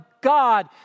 God